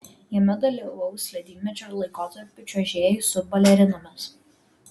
jame dalyvaus ledynmečio laikotarpio čiuožėjai su balerinomis